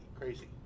Crazy